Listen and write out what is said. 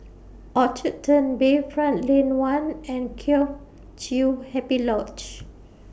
Orchard Turn Bayfront Lane one and Kheng Chiu Happy Lodge